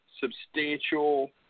Substantial